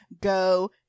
Go